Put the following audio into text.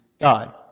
God